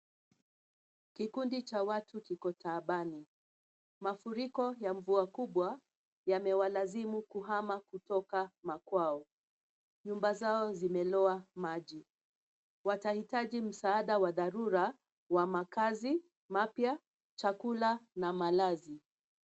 Kikundi cha watu kiko taabani. Mafuriko ya mvua kubwa yamewalazimu kuhama kutoka makwao. Nyumba zao zimelowa maji, watahitaji msaada wa dharura wa makaazi mapya, chakula na malazi.